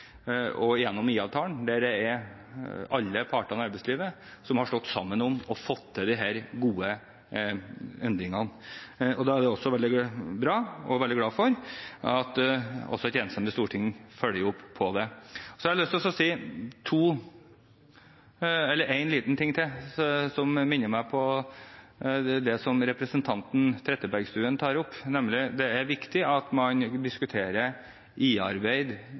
gå gjennom IA-avtalen, der alle partene i arbeidslivet har stått sammen om og fått til disse gode endringene. Da er det også veldig bra, og det er jeg veldig glad for, at et enstemmig storting også følger det opp. Så har jeg lyst til å si en liten ting til som minner meg på det som representanten Trettebergstuen tar opp, nemlig at det er viktig at man diskuterer IA-arbeid jevnlig i